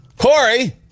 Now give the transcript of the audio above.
Corey